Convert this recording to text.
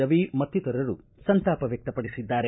ರವಿ ಮತ್ತಿತರರು ಸಂತಾಪ ವ್ಯಕ್ತಪಡಿಸಿದ್ದಾರೆ